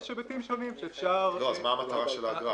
יש היבטים שונים -- אז מה המטרה של האגרה?